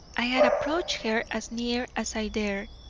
i had approached her as near as i dared,